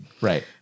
Right